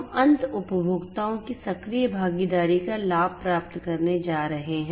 हम अंत उपभोक्ताओं की सक्रिय भागीदारी का लाभ प्राप्त करने जा रहे हैं